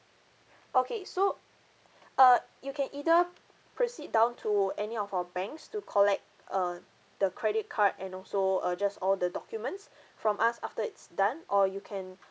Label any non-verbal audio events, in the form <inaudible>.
okay so uh you can either proceed down to any of our banks to collect uh the credit card and also uh just all the documents <breath> from us after it's done or you can